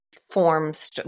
forms